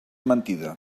mentida